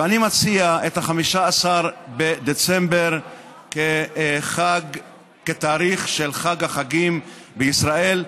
ואני מציע את 15 בדצמבר כתאריך של חג החגים בישראל,